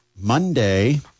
Monday